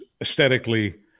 aesthetically